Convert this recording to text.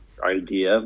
idea